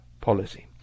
policy